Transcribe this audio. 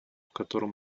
котором